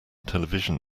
television